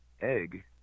egg